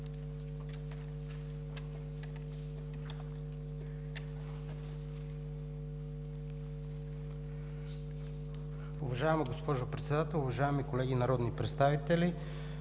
Ви, госпожо Председател. Уважаеми колеги народни представители,